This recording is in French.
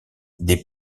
des